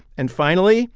and finally